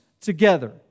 together